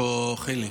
היושבת-ראש,